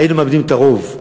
היינו מאבדים את הרוב.